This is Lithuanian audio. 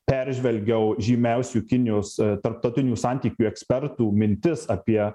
peržvelgiau žymiausių kinijos tarptautinių santykių ekspertų mintis apie